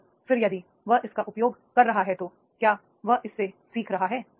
और फिर यदि वह इसका उपयोग कर रहा है तो क्या वह उससे सीख रहा है